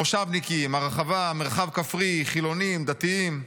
מושבניקים, הרחבה, מרחב כפרי, חילונים ודתיים.